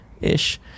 ish